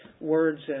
words